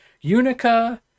Unica